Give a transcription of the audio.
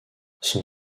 son